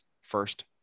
first